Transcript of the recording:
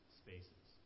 spaces